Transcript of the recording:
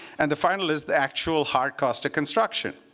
and the final is the actual hard cost of construction.